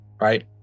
right